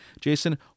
Jason